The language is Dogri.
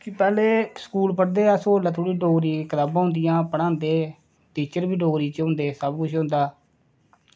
जेल्लै पैह्लें अस स्कूल पढ़दे हे डोगरी दियां कताबां होंदियां हियां पढ़ांदे हे टीचर बी डोगरी च होंदे हे सबकुछ होंदा हा